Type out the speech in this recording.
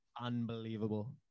unbelievable